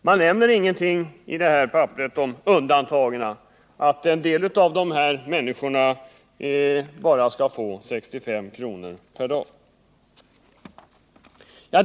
Det nämns i det papperet ingenting om undantagen och om att en del av dessa människor bara kan få 65 kr. per dag.